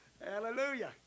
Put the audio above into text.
Hallelujah